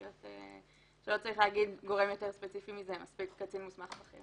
תגיד שאין לה מספיק נתונים על מנת לקבל עמדה.